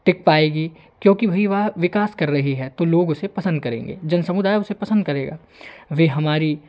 टिक पाएगी क्योंकि भाई वह विकास कर रही है तो लोग उसे पसंद करेंगे जन सुमदाय उसे पसंद करेगा वे हमारी